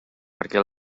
perquè